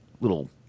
little